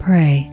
Pray